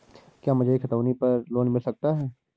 क्या मुझे खतौनी पर लोन मिल सकता है?